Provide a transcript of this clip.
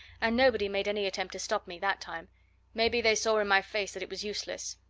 and nobody made any attempt to stop me, that time maybe they saw in my face that it was useless.